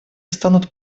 станут